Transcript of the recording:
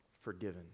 forgiven